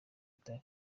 itari